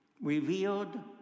revealed